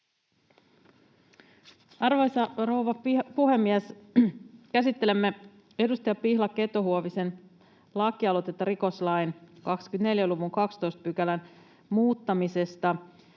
Arvoisa rouva puhemies! Käsittelemme edustaja Pihla Keto-Huovisen lakialoitetta rikoslain 24 luvun 12 §:n muuttamisesta.